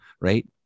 Right